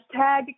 Hashtag